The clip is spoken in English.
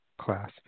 class